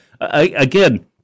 again